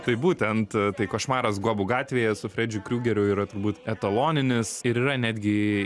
tai būtent tai košmaras guobų gatvėje su fredžiu kriugeriu yra turbūt etaloninis ir yra netgi